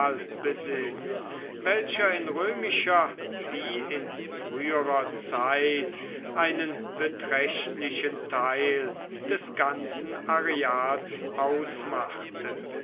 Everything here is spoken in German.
welcher in römischer wie in früherer zeit einen beträchtlichen teil des ganzen areals ausmachte